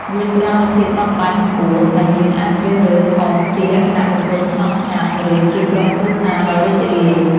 វាផ្ដល់នូវភាពបត់បែនខ្ពស់ ដែលយើងអាចជ្រើសរើសអុំជាលក្ខណៈបុគ្គលស្ងប់ស្ងាត់ ឬជាក្រុមគ្រួសារដ៏រីករាយ។